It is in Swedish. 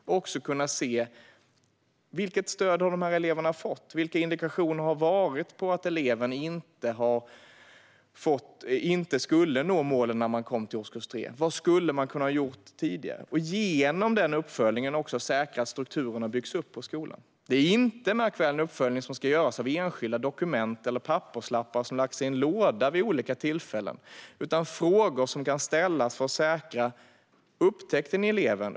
Man kan då också se vilket stöd dessa elever har fått och vilka indikationer som har funnits på att en elev inte skulle nå målen i årskurs 3. Vad skulle man ha kunnat göra tidigare? Genom den uppföljningen kan man också säkra att strukturerna byggs upp på skolan. Detta är inte, märk väl, en uppföljning som ska göras av enskilda dokument eller papperslappar som lagts i en låda vid olika tillfällen, utan frågor som kan ställas för att säkra: Upptäckte ni eleven?